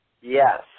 Yes